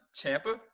Tampa